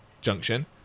junction